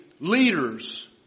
leaders